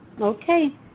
Okay